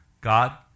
God